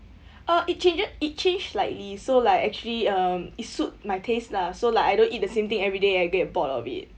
uh it change~ it changed slightly so like actually um is suit my taste lah so like I don't eat the same thing every day I get bored of it